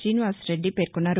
గ్రీనివాసరెడ్డి పేర్కొన్నారు